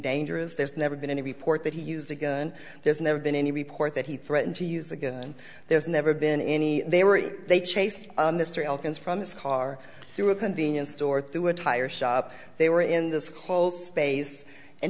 dangerous there's never been any report that he used a gun there's never been any report that he threatened to use again there's never been any they were they chased a mystery elkins from his car through a convenience store through a tire shop they were in this close space and